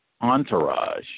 entourage